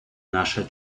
наша